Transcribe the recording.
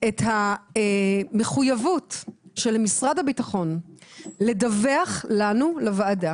את המחויבות של משרד הביטחון לדווח לנו לוועדה